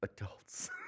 adults